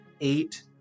eight